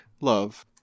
love